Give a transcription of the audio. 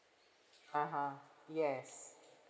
a'ah yes